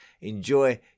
enjoy